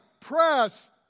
press